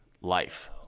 life